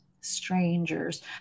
strangers